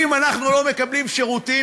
אם אנחנו לא מקבלים שירותים,